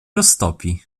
roztopi